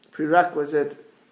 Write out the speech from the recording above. Prerequisite